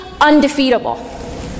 undefeatable